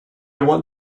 want